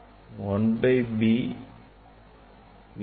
1 by b is will be equal to 1 by f